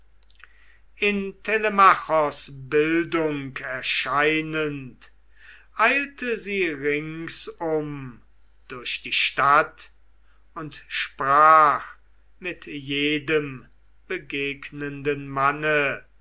telemachos bildung erscheinend eilte sie ringsum durch die stadt und sprach mit jedem begegnenden manne